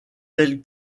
tels